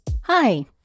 Hi